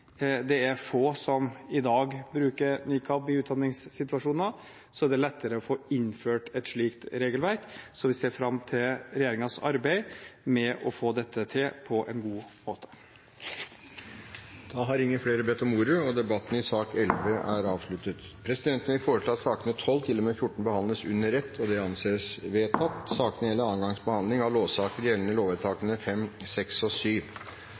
det er få som i dag bruker nikab i utdanningssituasjoner, er det lettere å få innført et slikt regelverk. Jeg ser fram til regjeringens arbeid med å få dette til på en god måte. Flere har ikke bedt om ordet til sak nr. 11. Presidenten vil foreslå at sakene nr. 12–14 behandles under ett. – Det anses vedtatt.